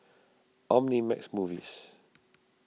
Omnimax Movies